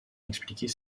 expliquer